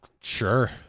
Sure